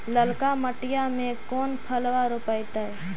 ललका मटीया मे कोन फलबा रोपयतय?